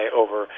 over